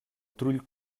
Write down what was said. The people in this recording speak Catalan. trull